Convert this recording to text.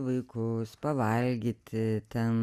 vaikus pavalgyti ten